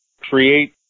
create